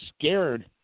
scared